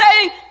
say